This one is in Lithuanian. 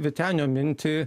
vytenio mintį